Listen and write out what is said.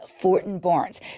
Fortin-Barnes